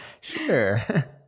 sure